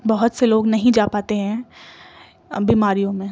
بہت سے لوگ نہیں جا پاتے ہیں بیماریوں میں